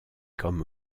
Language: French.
comme